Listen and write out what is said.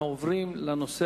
הנושא